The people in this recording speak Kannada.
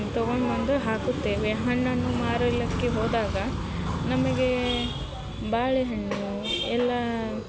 ತೊಗೊಂಡು ಬಂದು ಹಾಕುತ್ತೇವೆ ಹಣ್ಣನ್ನು ಮಾರಲಿಕ್ಕೆ ಹೋದಾಗ ನಮಗೆ ಬಾಳೆಹಣ್ಣು ಎಲ್ಲ